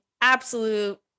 absolute